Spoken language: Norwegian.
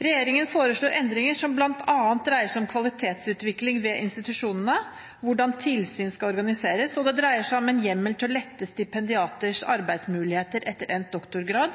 Regjeringen foreslår endringer som bl.a. dreier seg om kvalitetsutvikling ved institusjonene, og hvordan tilsyn skal organiseres dreier seg om hjemmel til å lette stipendiaters arbeidsmuligheter etter endt doktorgrad